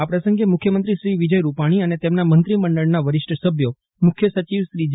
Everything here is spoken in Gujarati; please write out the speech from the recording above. આ પ્રસંગે મુખ્યમંત્રી શ્રી વિજય ડુપાણી અને તેમના મંત્રીમંડળનાં વરિષ્ઠ સભ્યોમુખ્યસચિવ શ્રી જે